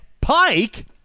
Pike